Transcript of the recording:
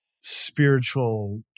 Spiritual